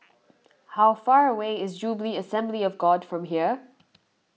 how far away is Jubilee Assembly of God from here